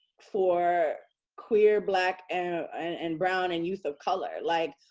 for queer, black and and brown, and youth of color. like,